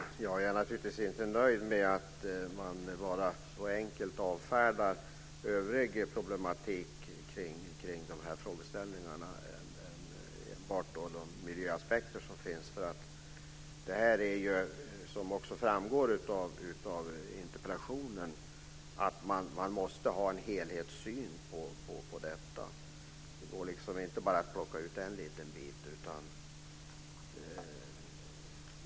Fru talman! Jag är naturligtvis inte nöjd med att man så enkelt avfärdar övrig problematik kring de här frågeställningarna - man tar enbart upp de miljöaspekter som finns. Som framgår av interpellationen måste man ha en helhetssyn på detta. Det går liksom inte att bara plocka ut en liten bit.